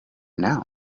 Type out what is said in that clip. now